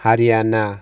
Haryana